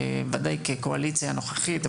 ודאי כקואליציה הנוכחית,